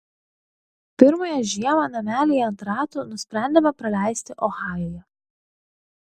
pirmąją žiemą namelyje ant ratų nusprendėme praleisti ohajuje